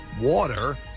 water